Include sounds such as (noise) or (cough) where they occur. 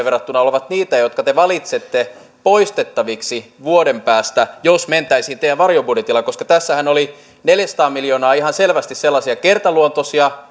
(unintelligible) verrattuna ovat niitä jotka te valitsette poistettaviksi vuoden päästä jos mentäisiin teidän varjobudjetillanne koska tässähän oli neljäsataa miljoonaa ihan selvästi sellaisia kertaluontoisia (unintelligible)